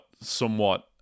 somewhat